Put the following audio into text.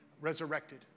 resurrected